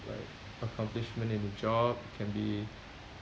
like accomplishment in a job it can be